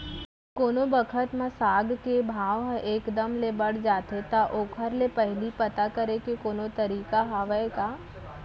कोनो बखत म साग के भाव ह एक दम ले बढ़ जाथे त ओखर ले पहिली पता करे के कोनो तरीका हवय का?